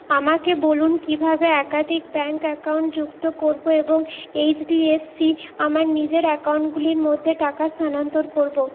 আমাকে বলুন কীভাবে একাধিক ব্যাংক অ্যাকাউন্ট যুক্ত করব এবং এইচডিএফসি আমার নিজের অ্যাকাউন্টগুলির মধ্যে টাকা স্থানান্তর করব